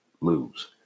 lose